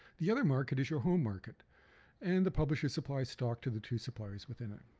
the other market is your home market and the publisher supplies stock to the two suppliers within it.